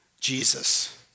Jesus